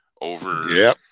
over